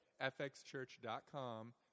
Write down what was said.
fxchurch.com